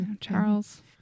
Charles